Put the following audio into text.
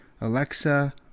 Alexa